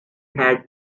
had